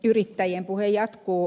yrittäjien puhe jatkuu